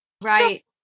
Right